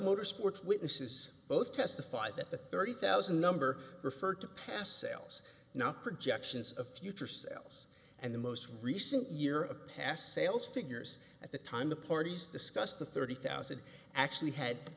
motorsports witnesses both testified that the thirty thousand number referred to past sales not projections of future sales and the most recent year of past sales figures at the time the parties discussed the thirty thousand actually had